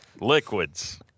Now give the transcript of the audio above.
Liquids